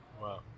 Wow